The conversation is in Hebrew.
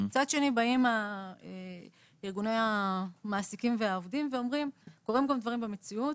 מצד שני באים ארגוני המעסיקים והעובדים ואומרים שקורים דברים במציאות,